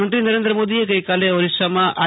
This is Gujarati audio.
પ્રધાનમંત્રી નરેન્દ્ર મોદીએ ગઈકાલે ઓડિશામાં આઇ